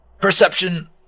Perception